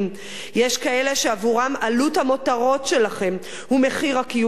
יש כאלה שעבורם עלות המותרות שלכם היא מחיר הקיום הבסיסי.